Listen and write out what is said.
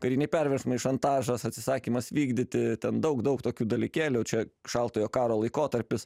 kariniai perversmai šantažas atsisakymas vykdyti ten daug daug tokių dalykėlių čia šaltojo karo laikotarpis